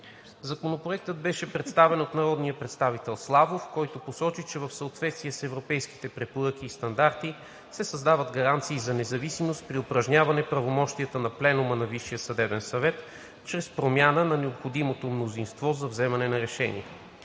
Законопроектът беше представен от народния представител Атанас Славов, който посочи, че в съответствие с европейските препоръки и стандарти се създават гаранции за независимост при упражняване на правомощията на пленума на Висшия съдебен съвет чрез промяна на необходимото мнозинство за вземане на решения.